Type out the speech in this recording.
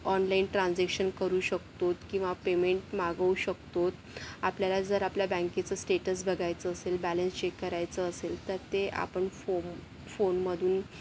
online transaction करू शकतोत किंवा पेमेंट मागवू शकतोत आपल्याला जर आपल्या बँकेचं स्टेटस बघायचं असेल बॅलन्स चेक करायचं असेल तर ते आपण फो फोनमधून